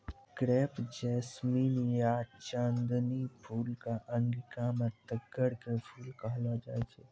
crepe jasmine या चांदनी फूल कॅ अंगिका मॅ तग्गड़ के फूल कहलो जाय छै